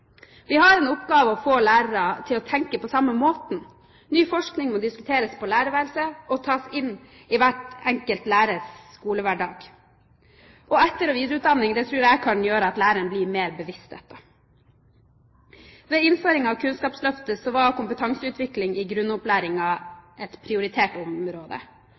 Vi har en oppgave når det gjelder å få lærerne til å tenke på samme måte. Ny forskning må diskuteres på lærerværelset og tas inn i hver enkelt lærers skolehverdag. Etter- og videreutdanning tror jeg kan gjøre at læreren kan bli seg dette mer bevisst. Ved innføringen av Kunnskapsløftet var kompetanseutvikling i grunnopplæringen et prioritert område.